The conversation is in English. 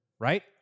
right